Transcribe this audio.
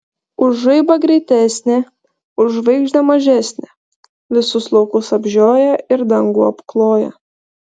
už žaibą greitesnė už žvaigždę mažesnė visus laukus apžioja ir dangų apkloja